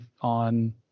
on –